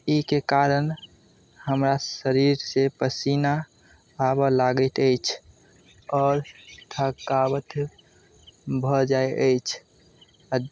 एहिके कारण हमरा शरीर से पसीना आबऽ लागैत अछि आओर थकावथ भऽ जाइ अछि